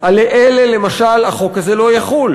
על אלה, למשל, החוק הזה לא יחול.